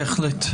בהחלט.